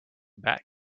bat